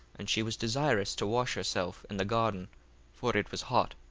and she was desirous to wash herself in the garden for it was hot.